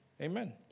Amen